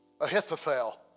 Ahithophel